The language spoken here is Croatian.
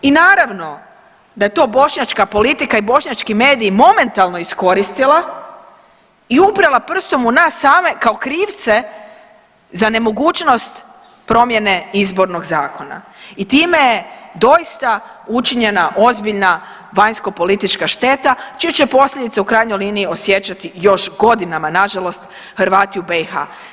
I naravno da je to Bošnjačka politika i Bošnjački mediji momentalno iskoristila i uprla prstom u nas same kao krivce za nemogućnost promjene Izbornog zakona i time je doista učinjena ozbiljna vanjsko-politička šteta čije će posljedice u krajnjoj liniji osjećati još godinama na žalost Hrvati u BiH.